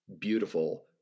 beautiful